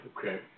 Okay